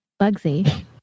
Bugsy